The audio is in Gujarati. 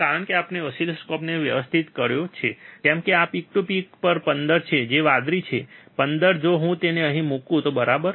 કારણ કે આપણે ઓસિલોસ્કોપને વ્યવસ્થિત કર્યા છે જેમ કે આ પીક ટુ પીક પણ 15 છે જે વાદળી છે 15 જો હું તેને અહીં મુકું તો બરાબર